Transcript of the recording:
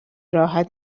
راحت